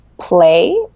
Play